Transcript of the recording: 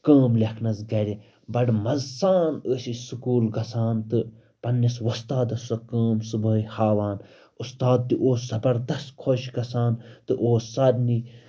کٲم لٮ۪کھنَس گَرِ بَڑٕ مَزٕ سان ٲسۍ أسۍ سکوٗل گژھان تہٕ پنٛنِس وۄستادَس سۄ کٲم صُبحٲے ہاوان اُستاد تہِ اوس زَبردست خوش گژھان تہٕ اوس سارنٕے